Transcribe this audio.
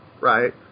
right